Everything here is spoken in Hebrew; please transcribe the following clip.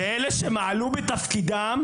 שאלה שמעלו בתפקידם